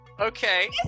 Okay